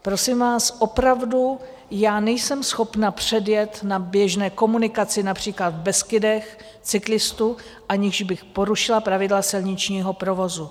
Prosím vás, já opravdu nejsem schopna předjet na běžné komunikaci například v Beskydech cyklistu, aniž bych porušila pravidla silničního provozu.